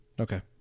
Okay